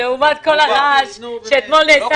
לעומת כל הרעש שהיה אתמול.